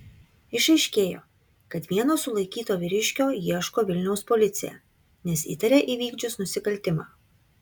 išaiškėjo kad vieno sulaikyto vyriškio ieško vilniaus policija nes įtaria įvykdžius nusikaltimą